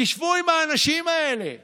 תשבו עם האנשים האלה